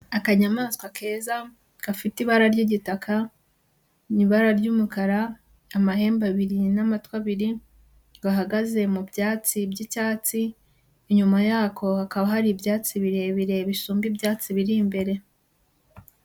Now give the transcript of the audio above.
Akanyamaswa keza gafite ibara ry'igitaka, ni ibara ry'umukara, amahembe abiri n'amatwi abiri, gahagaze mu byatsi by'icyatsi, inyuma yako hakaba hari ibyatsi birebire bisumba ibyatsi biri imbere.